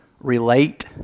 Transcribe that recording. relate